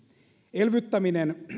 elvyttäminen